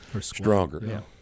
stronger